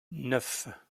neuf